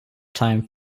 time